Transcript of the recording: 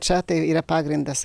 čia tai yra pagrindas